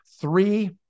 three